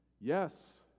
Yes